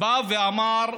בא ואמר,